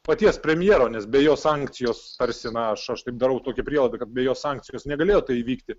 paties premjero nes be jo sankcijos tarsi na aš aš taip darau tokią prielaidą kad be jo sankcijos negalėtų įvykti